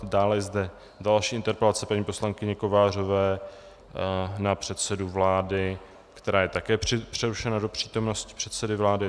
Dále je zde další interpelace paní poslankyně Kovářové na předsedu vlády, která je také přerušena do přítomnosti předsedy vlády.